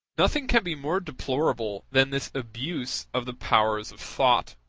nothing can be more deplorable than this abuse of the powers of thought